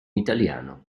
italiano